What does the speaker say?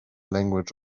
language